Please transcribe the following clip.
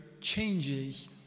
changes